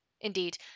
Indeed